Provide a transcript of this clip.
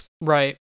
Right